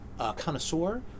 connoisseur